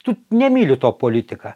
tu nemyli to politika